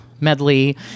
medley